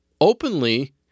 openly